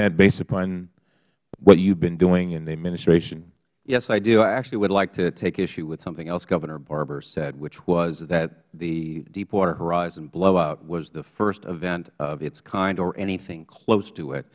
that based upon what you have been doing in the administration mister bromwich yes i do i actually would like to take issue with something else governor barbour said which was that the deepwater horizon blowout was the first event of its kind or anything close to it